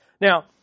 Now